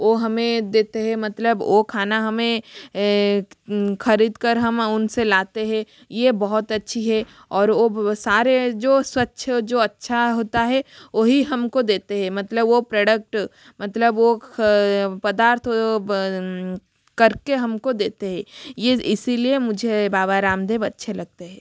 वो हमें देते है मतलब वो खाना हमें खरीद कर हम उनसे लाते है ये बहुत अच्छी है और वो सारे जो स्वच्छ जो अच्छा होता है ओ ही हमको देते है मतलब वो प्रोडक्ट मतलब वो पदार्थ करके हमको देते है ये इसीलिए मुझे बाबा रामदेव अच्छे लगते है